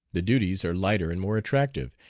the duties are lighter and more attractive,